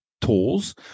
tools